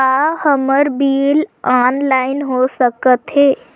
का हमर bill online हो सकत हे?